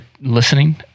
listening